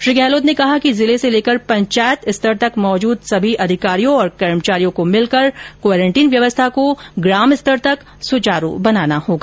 श्री गहलोत ने कहा कि जिले से लेकर पंचायत स्तर तक मौजूद सभी अधिकारियों कर्मचारियों को मिलकर क्वारंटाइन व्यवस्था को ग्राम स्तर तक सुचारू बनाना होगा